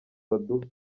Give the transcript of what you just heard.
baduha